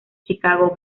chicago